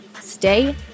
stay